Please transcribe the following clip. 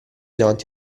davanti